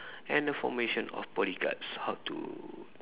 and the formation of bodyguards how to